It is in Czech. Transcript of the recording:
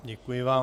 Děkuji vám.